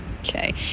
Okay